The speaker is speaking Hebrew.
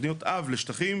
תוכניות אב לשטחים,